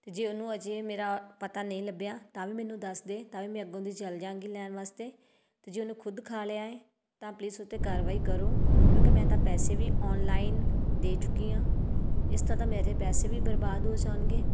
ਜੇ ਉਹਨੂੰ ਅਜੇ ਮੇਰਾ ਪਤਾ ਨਹੀਂ ਲੱਭਿਆ ਤਾਂ ਵੀ ਮੈਨੂੰ ਦੱਸ ਦੇ ਤਾਂ ਵੀ ਮੈਂ ਅੱਗੋਂ ਦੀ ਚਲ ਜਾਂਗੀ ਲੈਣ ਵਾਸਤੇ ਅਤੇ ਜੇ ਉਹਨੂੰ ਖੁਦ ਖਾ ਲਿਆ ਹੈ ਤਾਂ ਪਲੀਜ਼ ਉਹਤੇ ਕਾਰਵਾਈ ਕਰੋ ਕਿਉਂਕਿ ਮੈਂ ਤਾਂ ਪੈਸੇ ਵੀ ਔਨਲਾਈਨ ਦੇ ਚੁੱਕੀ ਹਾਂ ਇਸ ਤਰ੍ਹਾਂ ਤਾਂ ਮੇਰੇ ਪੈਸੇ ਵੀ ਬਰਬਾਦ ਹੋ ਜਾਣਗੇ